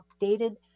updated